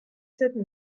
sept